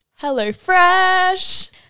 HelloFresh